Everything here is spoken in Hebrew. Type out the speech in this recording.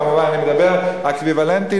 כמובן, אני מדבר, אקוויוולנטי